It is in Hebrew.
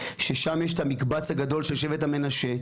ששם יש את המקבץ הגדול של שבט המנשה,